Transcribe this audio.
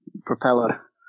propeller